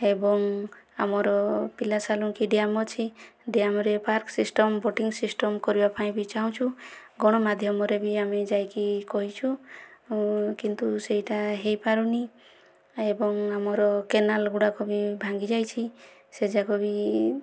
ଏବଂ ଆମର ପିଲାସାଲୁଙ୍କି ଡ୍ୟାମ ଅଛି ଡ୍ୟାମରେ ପାର୍କ ସିଷ୍ଟମ ବୋଟିଙ୍ଗ ସିଷ୍ଟମ କରିବା ପାଇଁ ବି ଚାହୁଁଛୁ ଗଣମାଧ୍ୟମରେ ବି ଆମେ ଯାଇକି କହିଛୁ କିନ୍ତୁ ସେଇଟା ହୋଇପାରୁନି ଏବଂ ଆମର କେନାଲ ଗୁଡ଼ାକ ବି ଭାଙ୍ଗି ଯାଇଛି ସେ ଯାକ ବି